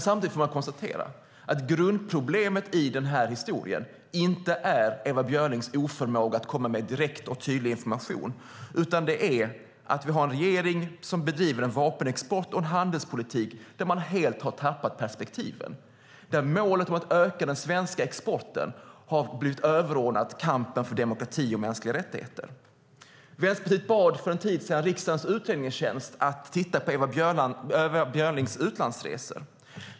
Samtidigt får man konstatera att grundproblemet i den här historien inte är Ewa Björlings oförmåga att komma med direkt och tydlig information, utan det är att vi har en regering som bedriver en vapenexport och en handelspolitik där man helt har tappat perspektiven. Målet om att öka den svenska exporten har blivit överordnat kampen för demokrati och mänskliga rättigheter. Vänsterpartiet bad för en tid sedan Riksdagens utredningstjänst att titta på Ewa Björlings utlandsresor.